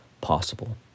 possible